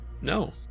No